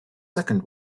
second